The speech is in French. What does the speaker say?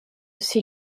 ses